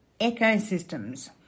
ecosystems